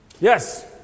Yes